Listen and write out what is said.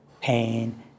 pain